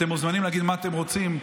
אתם מוזמנים להגיד מה אתם רוצים.